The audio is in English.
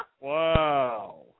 Wow